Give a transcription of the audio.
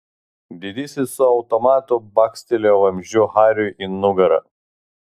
didysis su automatu bakstelėjo vamzdžiu hariui į nugarą